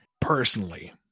personally